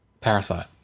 Parasite